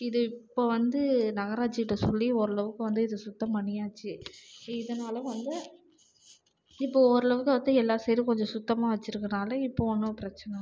இது இப்போ வந்து நகராட்சிகிட்ட சொல்லி ஓரளவுக்கு வந்து இதை சுத்தம் பண்ணியாச்சு இதனால வந்து இப்போ ஓரளவுக்கு வந்து எல்லா சைடும் கொஞ்சம் சுத்தமாக வச்சிருக்கிறதுனால் இப்போ ஒன்றும் பிரச்சனை இல்லை